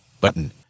Button